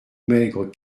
maigre